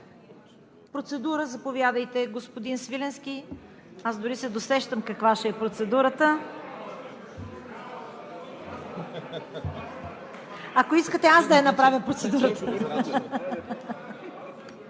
Процедура – заповядайте, господин Свиленски. Аз дори се досещам каква ще е процедурата. Ако искате, аз да направя процедурата.